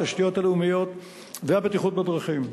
התשתיות הלאומיות והבטיחות בדרכים.